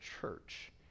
church